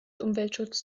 umweltschutz